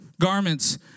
garments